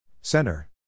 Center